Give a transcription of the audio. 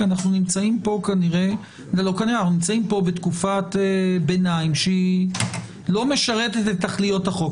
אנחנו נמצאים פה בתקופת ביניים שלא משרתת את תכליות החוק.